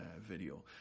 video